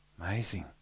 Amazing